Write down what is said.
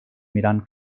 mirant